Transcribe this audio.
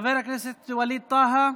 חבר הכנסת ווליד טאהא,